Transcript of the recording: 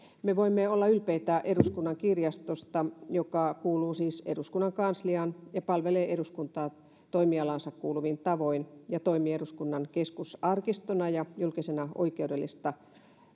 me voimme olla ylpeitä eduskunnan kirjastosta joka kuuluu siis eduskunnan kansliaan ja palvelee eduskuntaa toimialaansa kuuluvin tavoin ja toimii eduskunnan keskusarkistona ja julkisena oikeudellista